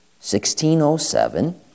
1607